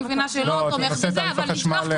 אני מבינה שלא תומך בזה אבל לפתוח תלושי